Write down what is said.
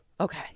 Okay